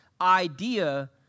idea